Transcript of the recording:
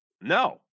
no